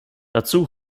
dazu